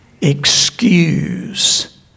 excuse